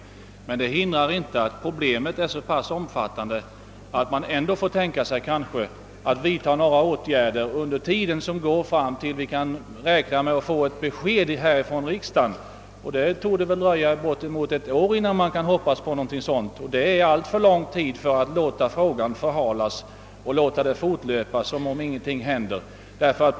Att så blir fallet hindrar emellertid inte att problemet är så pass omfattande, att det kanske ändå är nödvändigt att vidta en del åtgärder innan vi kan få ett besked från riksdagen. Det torde dröja bortemot ett år innan man kan hoppas på ett sådant, och det är en alltför lång tid att förbala frågan utan att göra något.